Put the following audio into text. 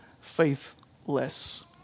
faithless